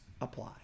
apply